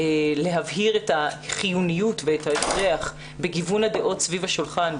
להבהיר את החיוניות ואת ההכרח בגיוון הדעות סביב השולחן,